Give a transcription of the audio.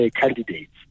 candidates